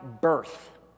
birth